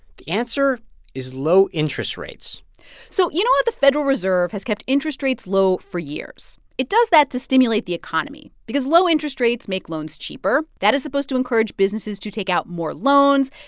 the answer is low interest rates so you know what? the federal reserve has kept interest rates low for years. it does that to stimulate the economy because low interest rates make loans cheaper. that is supposed to encourage businesses to take out more loans,